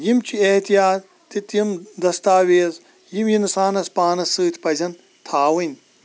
یِم چھِ احتِیاط تہٕ تِم دَستاویز یِم اِنسانَس پانَس سۭتۍ پَزَن تھاوٕنۍ